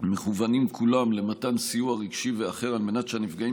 מכוונים כולם למתן סיוע רגשי ואחר על מנת שהנפגעים